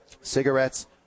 Cigarettes